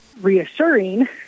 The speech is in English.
reassuring